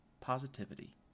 positivity